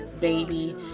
baby